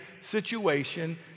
situation